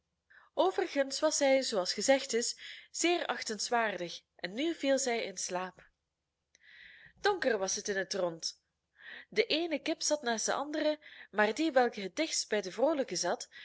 overigens was zij zooals gezegd is zeer achtenswaardig en nu viel zij in slaap donker was het in het rond de eene kip zat naast de andere maar die welke het dichtst bij de vroolijke zat